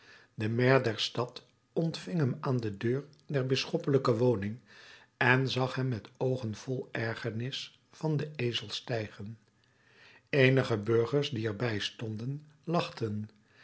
de maire der stad ontving hem aan de deur der bisschoppelijke woning en zag hem met oogen vol ergernis van den ezel stijgen eenige burgers die er bij stonden lachten